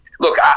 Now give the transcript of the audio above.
Look